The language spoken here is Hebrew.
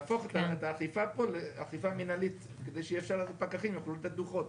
להפוך את האכיפה למנהלית כדי שפקחים יוכלו לתת דו"חות.